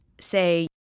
say